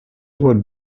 would